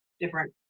different